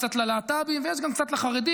קצת ללהט"בים ויש גם קצת לחרדים.